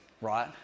right